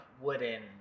wooden